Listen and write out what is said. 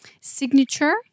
signature